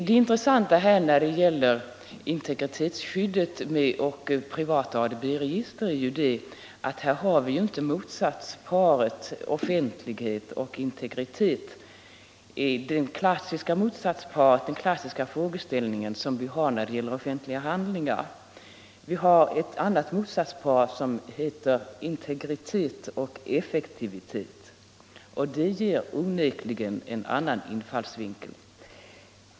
Det intressanta med integritetsskyddet och de privata ADB-registren är ju att här har vi inte motsatsparet offentlighet och integritet, den klassiska frågeställning som vi har när det gäller offentliga handlingar. Vi har ett annat motsatspar som heter integritet och effektivitet, och det ger onekligen en annan infallsvinkel.